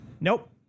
Nope